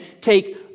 take